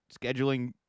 scheduling